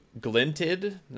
Glinted